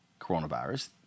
coronavirus